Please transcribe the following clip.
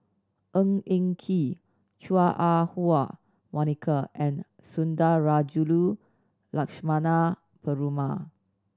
Ng Eng Kee Chua Ah Huwa Monica and Sundarajulu Lakshmana Perumal